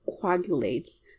coagulates